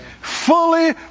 Fully